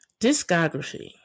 Discography